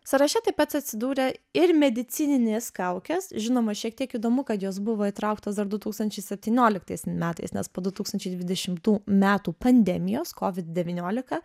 sąraše taip pat atsidūrė ir medicininės kaukės žinoma šiek tiek įdomu kad jos buvo įtrauktos dar du tūkstančiai septynioliktais metais nes po du tūkstančiai dvidešimų metų pandemijos kovid devyniolika